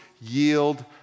yield